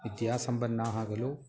विद्यासम्पन्नाः खलु